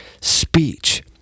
speech